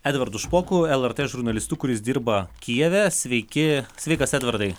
edvardu špoku lrt žurnalistu kuris dirba kijeve sveiki sveikas edvardai